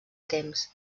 temps